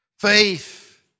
Faith